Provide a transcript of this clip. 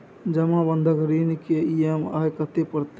जमा बंधक ऋण के ई.एम.आई कत्ते परतै?